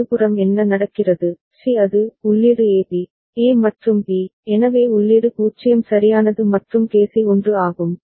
C வலதுபுறம் என்ன நடக்கிறது சி அது உள்ளீடு ஏபி ஏ மற்றும் பி எனவே உள்ளீடு 0 சரியானது மற்றும் கேசி 1 ஆகும்